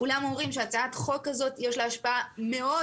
כולם אומרים שלהצעת החוק הזאת יש השפעה מאוד